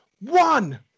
One